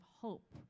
hope